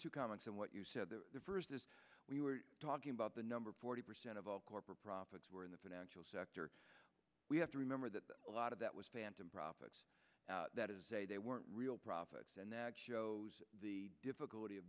two comments on what you said the first is we were talking about the number forty percent of all corporate profits were in the financial sector we have to remember that a lot of that was phantom profits they weren't real profits and that shows the difficulty of